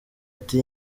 ati